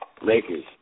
Lakers